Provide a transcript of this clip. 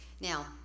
Now